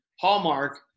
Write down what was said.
hallmark